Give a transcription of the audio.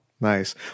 Nice